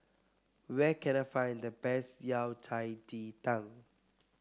where can I find the best Yao Cai Ji Tang